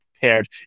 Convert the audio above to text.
paired